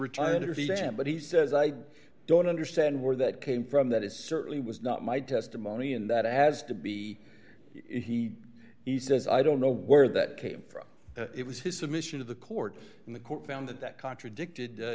the camp but he says i don't understand where that came from that is certainly was not my testimony in that it has to be he he says i don't know where that came from it was his submission to the court in the court found that that contradicted